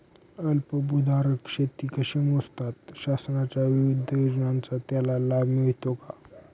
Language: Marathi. अल्पभूधारक शेती कशी मोजतात? शासनाच्या विविध योजनांचा त्याला लाभ मिळतो का?